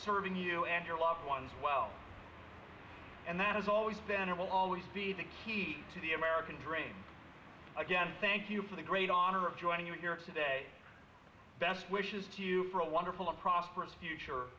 serving you and your loved ones well and that is always then will always be the key to the american dream again thank you for the great honor of joining you here today best wishes to you for a wonderful and prosperous future